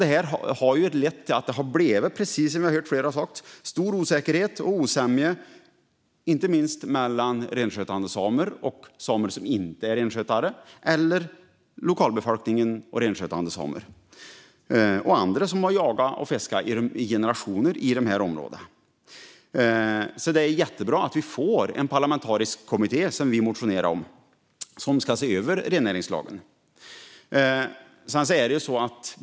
Det har, precis som vi har hört flera säga, lett till stor osäkerhet och osämja, inte minst mellan renskötande samer och samer som inte är renskötare, och mellan lokalbefolkningen och renskötande samer och andra som har jagat och fiskat i de här områdena i generationer. Det är jättebra att en parlamentarisk kommitté ska se över rennäringslagen, vilket vi har motionerat om.